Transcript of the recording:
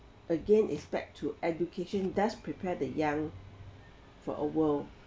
again it's back to education does prepare the young for a world